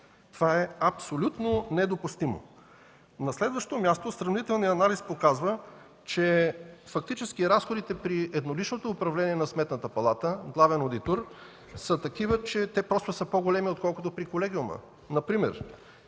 Това е абсолютно недопустимо! На следващо място, сравнителният анализ показва, че фактически разходите при едноличното управление на Сметната палата – главен одитор, са такива, че са по-големи отколкото при колегиума.